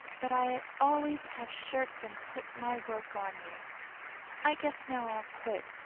but i always have shirked and put my work on you i guess now i'll quit,